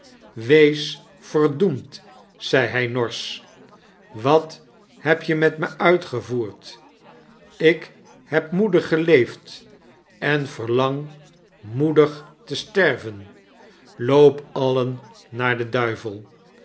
wees verdoemd zei hij norsch wat heb je met me uitgevoerd ik heb moedig geleefd en verlang moedig te sterven loop alien naar den duivel